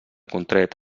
contret